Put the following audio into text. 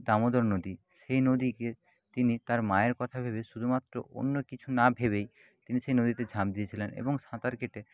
দামোদর নদী সেই নদী গিয়ে তিনি তার মায়ের কথা ভেবে শুধুমাত্র অন্য কিছু না ভেবেই তিনি সেই নদীতে ঝাঁপ দিয়েছিলেন এবং সাঁতার কেটে